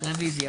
הצבעה לא אושרו.